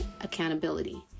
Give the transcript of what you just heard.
accountability